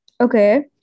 Okay